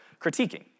critiquing